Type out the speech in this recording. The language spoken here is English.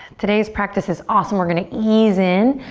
today's practice is awesome. we're gonna ease in,